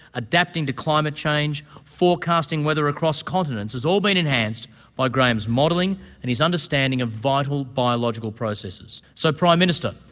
adapting to climate change, forecasting weather across continents has all been enhanced by graham's modelling and his understanding of the vital biological processes. so prime minister,